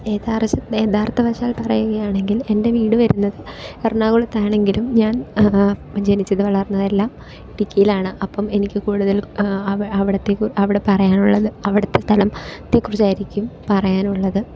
യദാർത്ഥ യാഥാർത്ഥവശാൽ പറയുകയാണെങ്കിൽ എൻ്റെ വീട് വരുന്നത് എറണാകുളത്ത് ആണെങ്കിലും ഞാൻ ജനിച്ചത് വളർന്നത് എല്ലാം ഇടുക്കിയിലാണ് അപ്പം എനിക്ക് കൂടുതലും അവടത്തേക്ക് അവിടെ പറയാനുള്ളത് അവിടത്തെ സ്ഥലം ത്തെക്കുറിച്ചായിരിക്കും പറയാനുള്ളത്